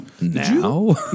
Now